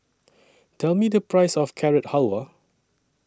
Tell Me The Price of Carrot Halwa